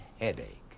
headache